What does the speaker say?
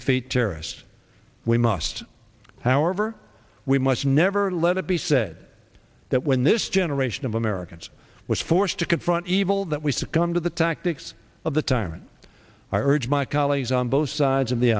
defeat terrorists we must however we must never let it be said that when this generation of americans was forced to confront evil that we succumb to the tactics of the tyrant i urge my colleagues on both sides of the